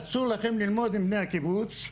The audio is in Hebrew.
אסור לכם ללמוד עם בני הקיבוץ,